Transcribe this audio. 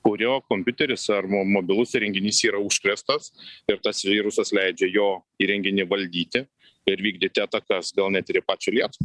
kurio kompiuteris ar mo mobilus įrenginys yra užkrėstas ir tas virusas leidžia jo įrenginį valdyti ir vykdyti atakas gal net ir į pačią lietuvą